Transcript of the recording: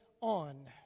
on